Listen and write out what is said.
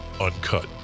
uncut